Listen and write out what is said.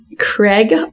Craig